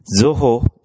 Zoho